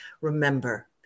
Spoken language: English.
Remember